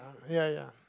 ya ya